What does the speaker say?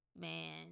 Man